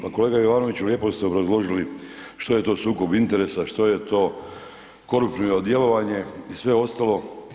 Pa kolega Jovanoviću lijepo ste obrazložili što je to sukob interesa, što je to koruptivno djelovanje i sve ostalo.